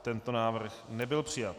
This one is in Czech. Tento návrh nebyl přijat.